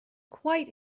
quite